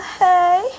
hey